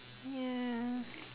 ya